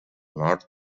nord